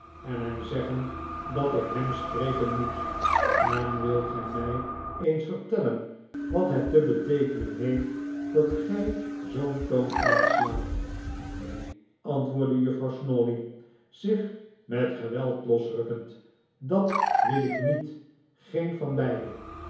en hem zeggen dat ik hem spreken moet en wilt gij mij eens vertellen wat het te beteekenen heeft dat gij zoo'n toon aanslaat neen antwoordde juffrouw snawley zich met geweld losrukkend dat wil ik niet geen van beide